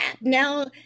Now